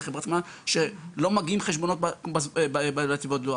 שלא מגיעים בזמן חשבונות בדואר.